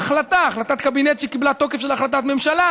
ערכית, אידיאליסטית, ציונית, לאומית, ביטחונית,